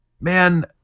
Man